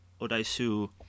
Odaisu